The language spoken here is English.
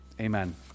Amen